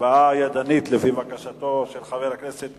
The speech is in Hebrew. הצבעה ידנית לפי בקשתו של חבר הכנסת פיניאן.